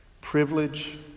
Privilege